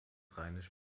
rheinisch